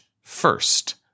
first